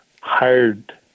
hired